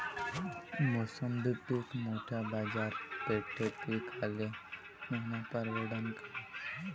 मोसंबी पीक मोठ्या बाजारपेठेत विकाले नेनं परवडन का?